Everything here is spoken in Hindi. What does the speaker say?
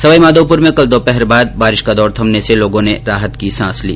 सवाईमाघोपुर में कल दोपहर बाद बारिश का दौर थमने से लोगों ने राहत की सांस ली